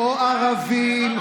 או ערבים,